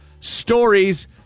stories